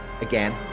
again